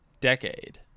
Decade